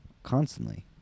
constantly